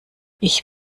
ich